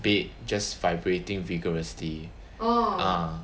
bed just vibrating vigorously ah